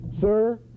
Sir